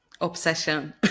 Obsession